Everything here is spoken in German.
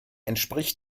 entspricht